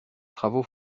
travaux